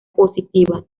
positivas